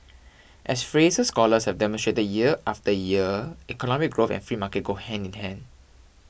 as Fraser scholars have demonstrated the year after year economic growth and free market go hand in hand